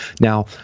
Now